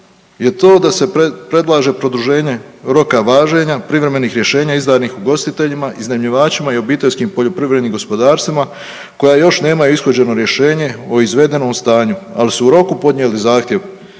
je to da se predlaže produženje roka važenja privremenih rješenja izdanih ugostiteljima, iznajmljivačima i obiteljskim poljoprivrednim gospodarstvima koja još nemaju ishođeno rješenje o izvedenom stanju, ali su u roku podnijeli zahtjev